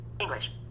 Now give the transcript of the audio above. English